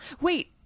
Wait